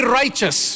righteous